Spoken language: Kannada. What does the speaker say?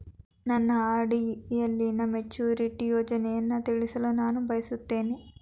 ನನ್ನ ಆರ್.ಡಿ ಯಲ್ಲಿನ ಮೆಚುರಿಟಿ ಸೂಚನೆಯನ್ನು ತಿಳಿಯಲು ನಾನು ಬಯಸುತ್ತೇನೆ